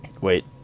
wait